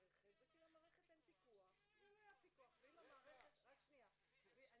למבחני נהיגה בשיטה הממוחשבת לגבי קבלת מסרונים